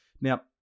now